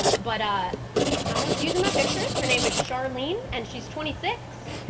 but ah someone is using my picture. her name is charlene and she's twenty six.